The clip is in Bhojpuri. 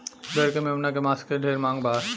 भेड़ के मेमना के मांस के ढेरे मांग बा